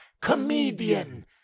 comedian